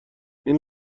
این